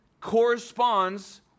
corresponds